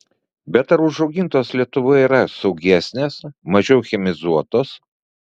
bet ar užaugintos lietuvoje yra saugesnės mažiau chemizuotos